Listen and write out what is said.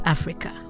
Africa